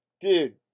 dude